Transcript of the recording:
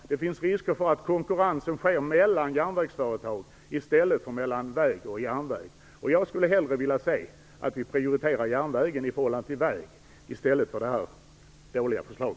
Det finns risker för att konkurrensen sker mellan järnvägsföretag i stället för mellan väg och järnväg. Jag skulle hellre vilja se att vi prioriterar järnvägen i förhållande till vägarna, i stället för detta dåliga förslag.